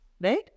Right